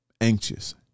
anxious